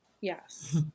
Yes